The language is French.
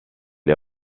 est